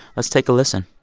let's take a listen